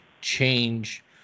change